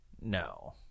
No